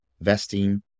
vesting